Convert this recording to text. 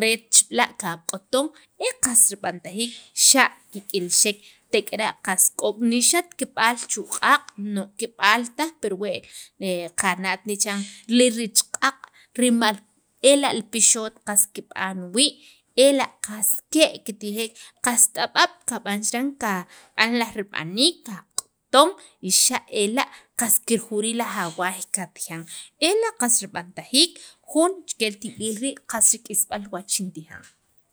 reech b'la' re qaq'uton e qas rib'antajiik xa' kek'ilxek, tek'ara' qas k'ok' ni xa't kib'al chu' q'a' no kib'al taj pirwe' qana't ne' chiran li richq'a' rimal ela' pixot qs kib'an wii' ela' qas ke' kitijek qas t'ab'ab' kab'an chiran ka kab'ab laj tib'aniik kaq'uton y xa' ela' qas kirjurij laj awaay katijan ela' qas rib'antajiik jun che li tib'iliil rii' che qas k'isb'al wach xintijan